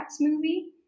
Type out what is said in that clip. movie